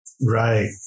Right